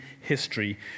history